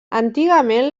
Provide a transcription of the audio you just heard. antigament